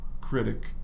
critic